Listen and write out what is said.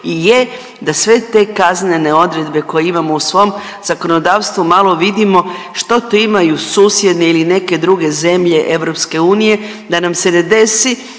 i je da sve te kaznene odredbe koje imamo u svom zakonodavstvu malo vidimo što to imaju susjedne ili neke druge zemlje EU da nam se ne desi,